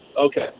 Okay